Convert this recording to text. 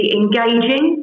engaging